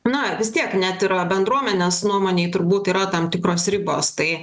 na vis tiek net ir bendruomenės nuomonei turbūt yra tam tikros ribos tai